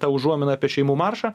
ta užuominą apie šeimų maršą